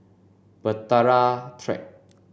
Bahtera Track